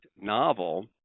novel